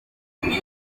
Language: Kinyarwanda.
ibindi